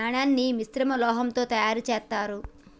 నాణాన్ని మిశ్రమ లోహంతో తయారు చేత్తారు